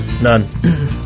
none